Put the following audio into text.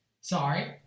Sorry